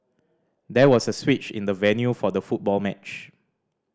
there was a switch in the venue for the football match